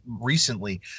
recently